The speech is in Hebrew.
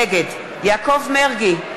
נגד יעקב מרגי,